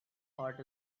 heart